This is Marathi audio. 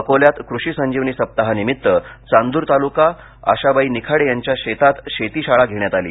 अकोल्यात कृषी संजीवनी सप्ताहा निमित्त चांद्र तालुका आशाबाई निखाडे यांच्या शेतात शेतीशाळा घेण्यात आली